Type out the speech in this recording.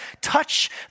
touch